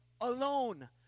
alone